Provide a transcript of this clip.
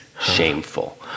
shameful